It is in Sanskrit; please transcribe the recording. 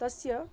तस्य